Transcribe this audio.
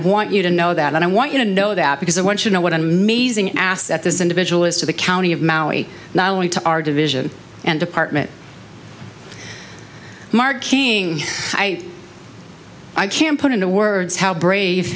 want you to know that i want you to know that because of what you know what an amazing asset this individual is to the county of maui not only to our division and department mark king i i can't put into words how brave